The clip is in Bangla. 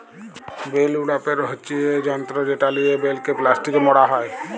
বেল উড়াপের হচ্যে যন্ত্র যেটা লিয়ে বেলকে প্লাস্টিকে মড়া হ্যয়